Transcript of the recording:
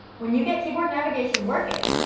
when you get keyboard navigation working,